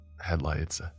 Headlights